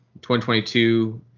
2022